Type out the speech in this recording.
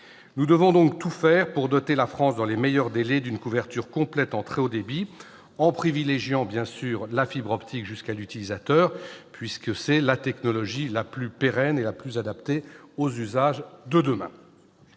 Nous devons donc tout faire pour doter la France dans les meilleurs délais d'une couverture complète en très haut débit, en privilégiant, bien sûr, le déploiement de la fibre optique jusqu'à l'utilisateur, puisque c'est la technologie la plus pérenne et la plus adaptée aux usages de demain.